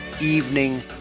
Evening